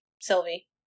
Sylvie